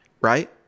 Right